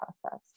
process